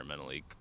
environmentally